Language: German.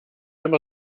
immer